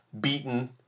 beaten